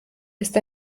ist